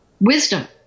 wisdom